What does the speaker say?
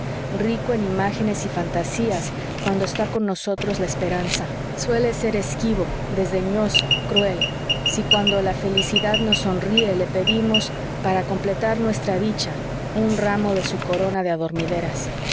rico en imágenes y fantasías cuando está con nosotros la esperanza suele ser esquivo desdeñoso cruel si cuando la felicidad nos sonríe le pedimos para completar nuestra dicha un ramo de su corona de adormideras